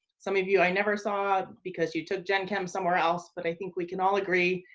some of you i never saw, because you took gen chem somewhere else, but i think we can all agree,